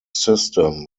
system